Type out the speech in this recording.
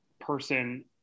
person